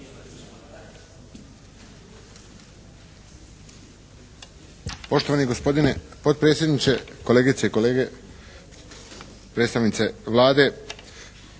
Poštovani gospodine potpredsjedniče, kolegice i kolege, predstavnice Vlade.